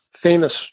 famous